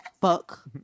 Fuck